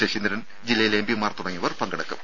ശശീന്ദ്രൻ ജില്ലയിലെ എംപിമാർ തുടങ്ങിയവർ പങ്കെടുക്കും